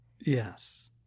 Yes